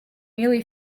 merely